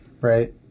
right